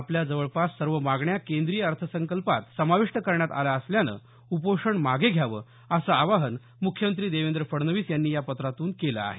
आपल्या जवळपास सर्व मागण्या केंद्रीय अर्थसंकल्पात समाविष्ट करण्यात आल्या असल्यानं उपोषण मागे घ्यावं असं आवाहन म्ख्यमंत्री देवेंद्र फडणवीस यांनी या पत्रातून केलं आहे